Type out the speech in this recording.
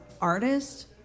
artist